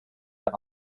der